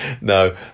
no